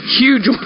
huge